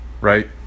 right